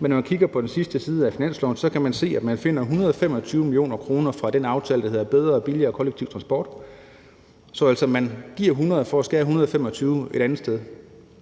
men når man kigger på den sidste side af finanslovsforslaget, kan man se, at man finder 125 mio. kr. i den aftale, der hedder »Aftale om bedre og billigere kollektiv trafik«. Så man giver altså 100 mio. kr. for så at skære